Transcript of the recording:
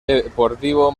deportivo